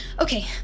Okay